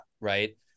right